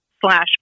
slash